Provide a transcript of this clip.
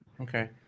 Okay